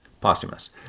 Posthumous